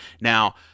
Now